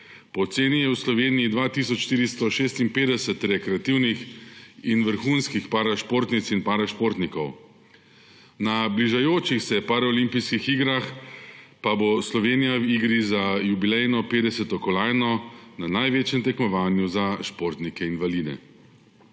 Po oceni je v Sloveniji 2 tisoč 456 rekreativnih in vrhunskih parašportnic in parašportnikov. Na bližajočih se paraolimpijskih igrah pa bo Slovenija v igri za jubilejno 50. kolajno na največjem tekmovanju za športnike invalide.